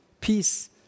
peace